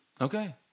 Okay